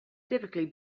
typically